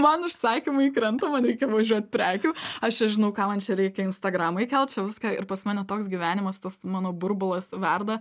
man užsakymai krenta man reikia važiuot prekių aš čia žinau ką man čia reikia į instagramą įkelt čia viską ir pas mane toks gyvenimas tas mano burbulas verda